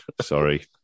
sorry